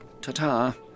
ta-ta